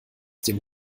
dem